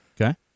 Okay